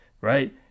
right